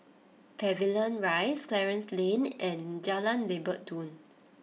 Pavilion Rise Clarence Lane and Jalan Lebat Daun